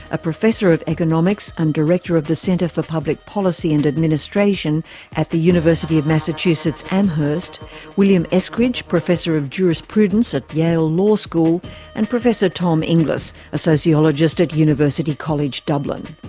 a professor of economics and director of the center for public policy and administration at the university of massachusetts, amherst william eskridge, professor of jurisprudence at yale law school and professor tom inglis, a sociologist at university college dublin.